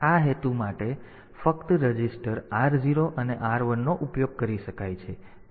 તેથી આ હેતુ માટે ફક્ત રજીસ્ટર R0 અને R1 નો ઉપયોગ કરી શકાય છે